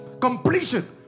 completion